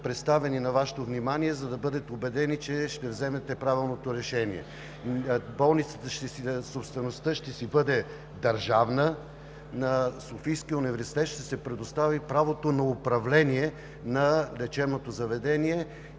представени на Вашето внимание, за да бъдете убедени, че ще вземете правилното решение. Собствеността на болницата ще си бъде държавна. На Софийския университет ще се предостави правото на управление на лечебното заведение